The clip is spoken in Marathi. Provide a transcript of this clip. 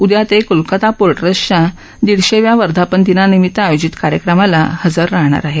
उद्या ते कोलकाता पोटू ट्रस्टच्या दीडशेव्या वर्धापनदिनानिमित आयोजित कार्यक्रमाला हजर राहणार आहेत